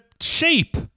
shape